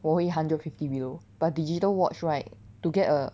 我会 hundred fifty below but digital watch right to get a